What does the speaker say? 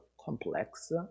complex